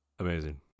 Amazing